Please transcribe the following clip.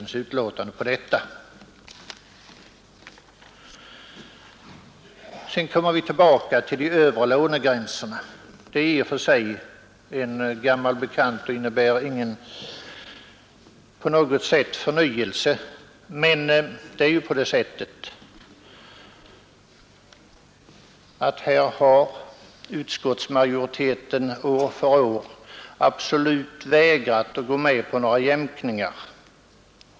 Jag återkommer härefter till frågan om de övre lånegränserna. Den är i och för sig en gammal bekant och utskottets skrivning innebär inte på något sätt en förnyelse. Utskottsmajoriteten har år efter år absolut vägrat att gå med på några jämkningar.